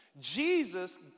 Jesus